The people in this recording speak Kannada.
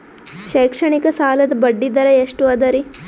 ಶೈಕ್ಷಣಿಕ ಸಾಲದ ಬಡ್ಡಿ ದರ ಎಷ್ಟು ಅದರಿ?